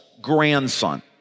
grandson